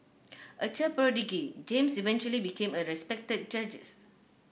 a child prodigy James eventually became a respected judges